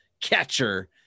catcher